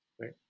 right